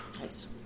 Nice